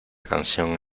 canción